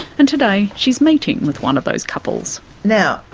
and today she's meeting with one of those couples. now,